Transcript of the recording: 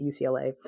UCLA